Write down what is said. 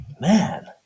man